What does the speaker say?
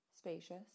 Spacious